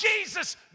Jesus